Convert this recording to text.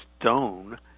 stone